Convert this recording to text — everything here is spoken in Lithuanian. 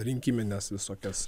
rinkimines visokias